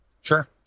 Sure